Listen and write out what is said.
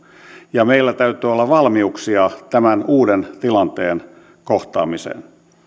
ja meillä täytyy olla valmiuksia tämän uuden tilanteen kohtaamiseen